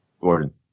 Gordon